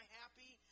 happy